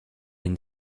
une